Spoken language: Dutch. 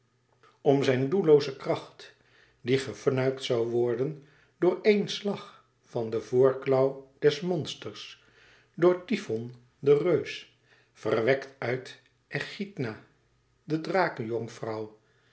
om zijn doellooze kracht die gefnuikt zoû worden door éen slag van den voorklauw des monsters door tyfon den reus verwekt uit echidna de